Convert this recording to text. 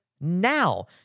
now